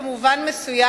במובן מסוים,